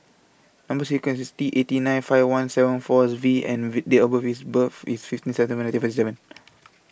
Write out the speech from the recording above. Number sequence IS T eighty nine five one seven four as V and Date of birth IS birth IS fifteen September nineteen forty seven